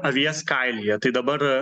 avies kailyje tai dabar